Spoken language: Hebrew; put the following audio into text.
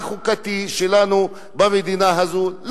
החוקתי שלנו במדינה הזאת,